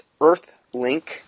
Earthlink